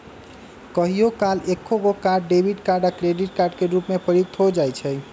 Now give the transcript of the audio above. कहियो काल एकेगो कार्ड डेबिट कार्ड आ क्रेडिट कार्ड के रूप में प्रयुक्त हो जाइ छइ